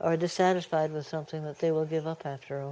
are dissatisfied with something that they will give up after a